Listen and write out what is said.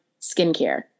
skincare